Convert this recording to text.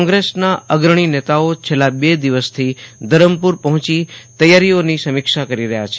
કોંગ્રેસના અગ્રણી નેતાઓ છેલ્લા બે દિવસથી ધરમપુર પહોંચી તૈયારીઓની સમીક્ષા કરી રહ્યા છે